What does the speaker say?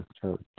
church